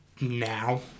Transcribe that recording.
now